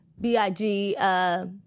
B-I-G